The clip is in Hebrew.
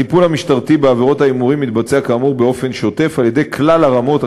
הטיפול המשטרתי בעבירות ההימורים מתבצע כאמור באופן שוטף בכלל הרמות,